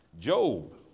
Job